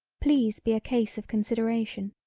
please be a case of consideration.